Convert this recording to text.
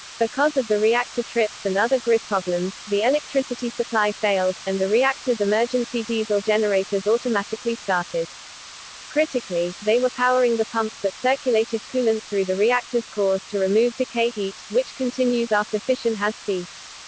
because of the reactor trips and other grid problems, the electricity supply failed, and the reactors' emergency diesel generators automatically started critically, they were powering the pumps that circulated coolant through the reactors' cores to remove decay heat, which continues after fission has ceased.